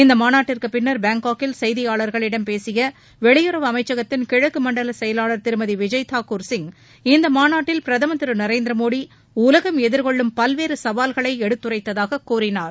இந்த மாநாட்டிற்குப் பின்னர் பாங்காக்கில் செய்தியாளர்களிடம் பேசிய வெளியுறவு அமைச்சகத்தின் கிழக்கு மண்டல செயலாளர் திருமதி விஜய் தாக்கூர் சிங் இந்த மாநாட்டில் பிரதமர் திரு நரேந்திர மோடி உலகம் எதிர்கொள்ளும் பல்வேறு சவால்களை எடுத்துரைத்ததாக கூறினார்